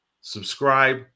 Subscribe